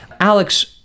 Alex